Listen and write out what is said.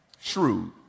Shrewd